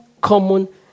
common